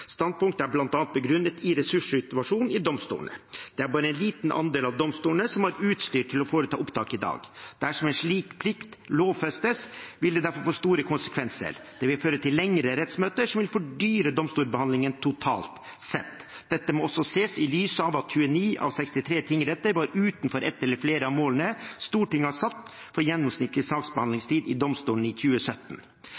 Standpunktet er bl.a. begrunnet i ressurssituasjonen i domstolene. Bare en liten andel av domstolene har utstyr til å foreta opptak i dag. Dersom en slik plikt lovfestes, vil det derfor få store konsekvenser og føre til lengre rettsmøter, noe som vil fordyre domstolsbehandlingen totalt sett. Dette må også ses i lys av at 29 av 63 tingretter var utenfor ett eller flere av målene Stortinget har satt for gjennomsnittlig